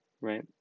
Right